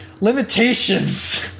Limitations